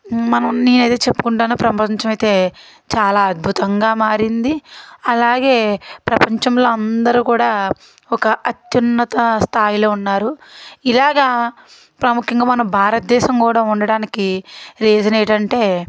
మనం ఉన్నాయి అన్ని చెప్పుకుంటన్నాము ప్రపంచమైతే చాలా అద్భుతంగా మారింది అలాగే ప్రపంచంలో అందరూ కూడా ఒక అత్యున్నత స్థాయిలో ఉన్నారు ఇలాగా ప్రముఖంగా మన భారతదేశం కూడా ఉండడానికి రీజన్ ఏంటంటే